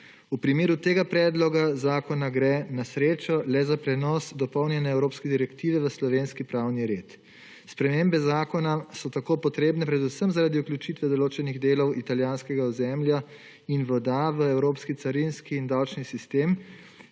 V primeru tega predloga zakona gre na srečo le za prenos dopolnjene evropske direktive v slovenski pravni red. Sprememba zakona so tako potrebne predvsem zaradi vključitve določenih delov italijanskega ozemlja in / nerazumljivo/ v evropski carinski in davčni sistem,